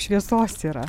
šviesos yra